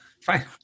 Fine